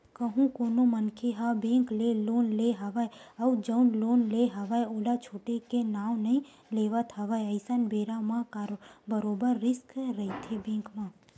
कहूँ कोनो मनखे ह बेंक ले लोन ले हवय अउ जउन लोन ले हवय ओला छूटे के नांव नइ लेवत हवय अइसन बेरा म बरोबर रिस्क रहिथे बेंक ल